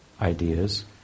ideas